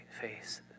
face